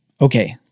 Okay